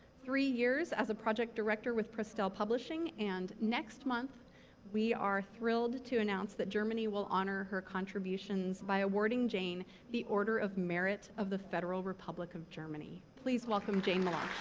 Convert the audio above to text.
three years as a project director with prestel publishing, and next month we are thrilled to announce that germany will honor her contributions by awarding jane the order of merit of the federal republic of germany. please welcome jane milosh.